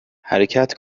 حرکت